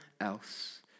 else